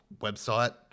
website